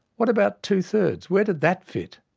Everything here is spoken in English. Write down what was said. what about two-thirds? where did that fit?